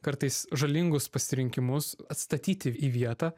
kartais žalingus pasirinkimus atstatyti į vietą